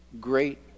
great